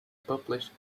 published